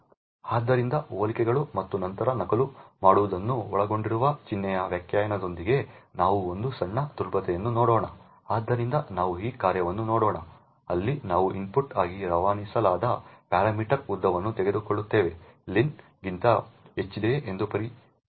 ಆದ್ದರಿಂದ ಹೋಲಿಕೆಗಳು ಮತ್ತು ನಂತರ ನಕಲು ಮಾಡುವುದನ್ನು ಒಳಗೊಂಡಿರುವ ಚಿಹ್ನೆಯ ವ್ಯಾಖ್ಯಾನದೊಂದಿಗೆ ನಾವು ಒಂದು ಸಣ್ಣ ದುರ್ಬಲತೆಯನ್ನು ನೋಡೋಣ ಆದ್ದರಿಂದ ನಾವು ಈ ಕಾರ್ಯವನ್ನು ನೋಡೋಣ ಅಲ್ಲಿ ನಾವು ಇನ್ಪುಟ್ ಆಗಿ ರವಾನಿಸಲಾದ ಪ್ಯಾರಾಮೀಟರ್ ಉದ್ದವನ್ನು ತೆಗೆದುಕೊಳ್ಳುತ್ತೇವೆ ಲೆನ್ ಗಿಂತ ಹೆಚ್ಚಿದೆಯೇ ಎಂದು ಪರಿಶೀಲಿಸಿ